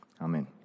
Amen